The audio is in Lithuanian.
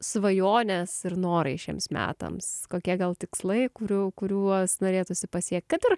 svajonės ir norai šiems metams kokie gal tikslai kurių kuriuos norėtųsi pasiekt kad ir